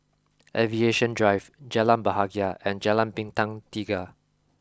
aviation drive Jalan Bahagia and Jalan Bintang Tiga